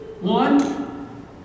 one